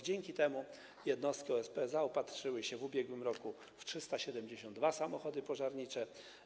Dzięki temu jednostki OSP zaopatrzyły się w ubiegłym roku w 372 samochody pożarnicze.